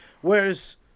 Whereas